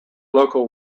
local